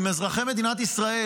עם אזרחי מדינת ישראל,